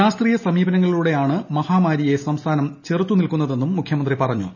ശാസ്ത്രീയ ്സ്മീപനങ്ങളിലൂടെ ആണ് മഹാമാരിയെ സംസ്ഥാനം ചെറുത്ത് നീൽക്കുന്നതെന്നും മുഖ്യമന്ത്രി പറഞ്ഞു